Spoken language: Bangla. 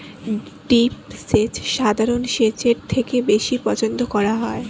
ড্রিপ সেচ সাধারণ সেচের থেকে বেশি পছন্দ করা হয়